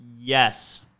Yes